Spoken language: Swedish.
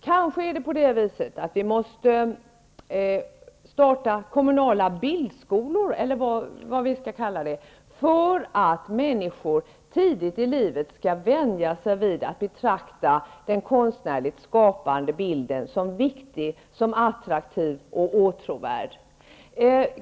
Kanske måste det startas kommunala bildskolor, eller vad vi skall kalla det, för att människor tidigt i livet skall vänja sig vid att betrakta den konstnärliga bilden som viktig, som attraktiv och åtråvärd.